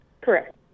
Correct